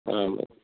ஆமாம்